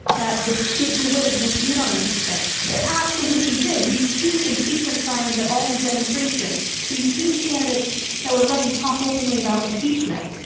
that this big blue wave didn't come on impeachment, it absolutely did. we've seen impeachment signs at all these demonstrations. we've seen candidates that were running talk openly about impeachment.